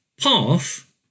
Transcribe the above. path